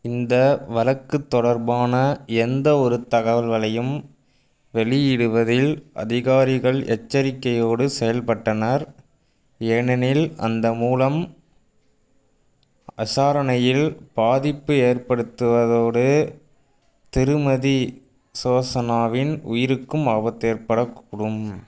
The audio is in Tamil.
இந்த வழக்குத் தொடர்பான எந்த ஒரு தகவல்களையும் வெளியிடுவதில் அதிகாரிகள் எச்சரிக்கையோடு செயல்பட்டனர் ஏனெனில் அந்த மூலம் அசாரணையில் பாதிப்பு ஏற்படுத்துவதோடு திருமதி சோஸனாவின் உயிருக்கும் ஆபத்து ஏற்படக்கூடும்